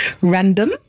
random